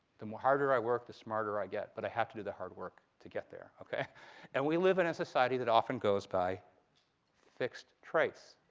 the harder i work, the smarter i get. but i have to do the hard work to get there. and we live in a society that often goes by fixed traits.